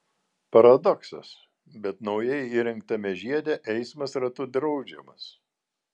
paradoksas bet naujai įrengtame žiede eismas ratu draudžiamas